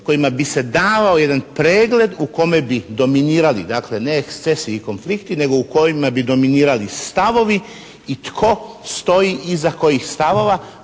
kojima bi se dao jedan pregled u kome bi dominirali dakle ne ekscesi i konflikti, nego u kojima bi dominirali stavovi i tko stoji iza kojih stavova